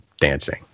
dancing